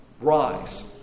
rise